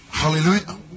Hallelujah